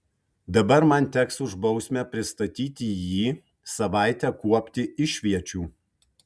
dabar man teks už bausmę pristatyti jį savaitę kuopti išviečių